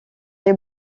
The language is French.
les